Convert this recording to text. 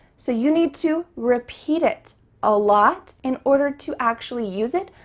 so you need to repeat it a lot in order to actually use it,